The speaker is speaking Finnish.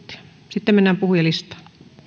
sitten mennään puhujalistaan